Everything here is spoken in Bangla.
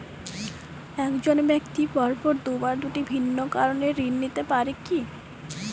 এক জন ব্যক্তি পরপর দুবার দুটি ভিন্ন কারণে ঋণ নিতে পারে কী?